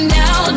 now